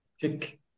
tick